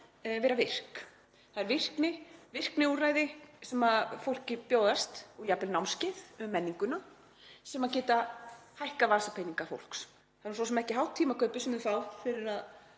vera virkt. Það eru virkniúrræði sem fólki bjóðast og jafnvel námskeið um menninguna sem geta hækkað vasapeninga fólks. Það er svo sem ekki hátt tímakaup sem fólk fær fyrir að